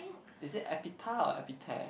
is it epita or epita